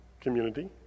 community